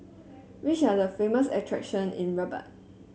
which are the famous attractions in Rabat